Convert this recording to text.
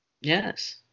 Yes